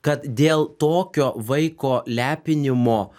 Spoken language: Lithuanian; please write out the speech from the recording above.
kad dėl tokio vaiko lepinimo